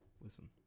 Listen